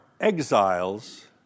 exiles